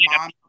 mom